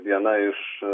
viena iš